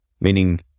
meaning